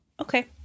Okay